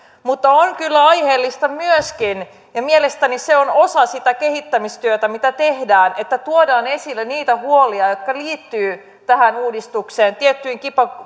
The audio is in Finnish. mutta on kyllä aiheellista myöskin ja mielestäni se on osa sitä kehittämistyötä mitä tehdään että tuodaan esille niitä huolia jotka liittyvät tähän uudistukseen tiettyihin